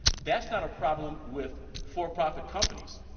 that's not a problem with for-profit companies.